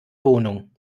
wohnung